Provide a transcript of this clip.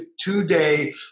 two-day